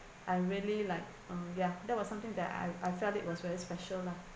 I really like uh ya that was something that I I felt it was very special lah